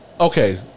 Okay